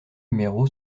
numéro